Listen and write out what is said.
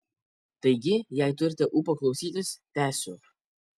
taigi jei turite ūpo klausytis tęsiu